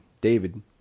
David